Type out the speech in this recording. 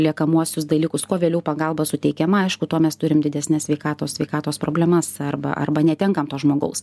liekamuosius dalykus kuo vėliau pagalba suteikiama aišku tuo mes turim didesnes sveikatos sveikatos problemas arba arba netenkam to žmogaus